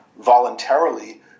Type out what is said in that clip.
voluntarily –